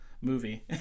movie